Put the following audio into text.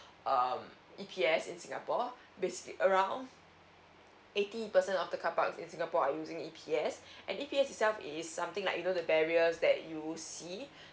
um E_P_S in singapore basic around eighty percent of the carpark in singapore are using E_P_S and E_P_S itself it is something like you know the barriers that you see